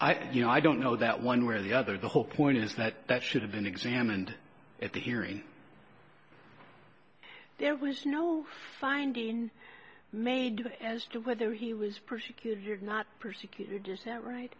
i you know i don't know that one where the other the whole point is that that should have been examined at the hearing there was no finding made as to whether he was persecuted not persecuted is that right